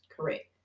Correct